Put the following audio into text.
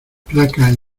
placas